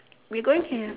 we going ya